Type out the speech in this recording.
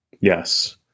Yes